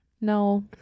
No